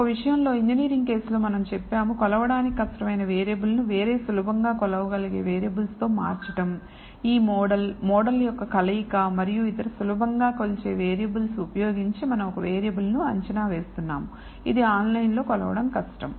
ఒక విషయంలో engineering case లో మనం చెప్పాము కొలవడానికి కష్టమైన వేరియబుల్ ను వేరే సులభంగా కొలవగలిగే వేరియబుల్స్ తో మార్చటంఈ మోడల్ మోడల్ యొక్క కలయిక మరియు ఇతర సులభంగా కొలిచే వేరియబుల్స్ ఉపయోగించి మనం ఒక వేరియబుల్ ను అంచనా వేస్తున్నాము ఇది ఆన్లైన్లో కొలవడం కష్టం